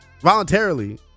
voluntarily